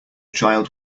child